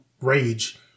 rage